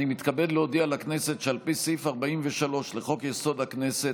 אני מתכבד להודיע לכנסת שעל פי סעיף 43 לחוק-יסוד: הכנסת,